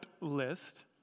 list